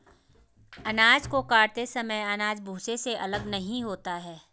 अनाज को काटते समय अनाज भूसे से अलग नहीं होता है